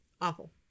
awful